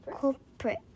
Culprit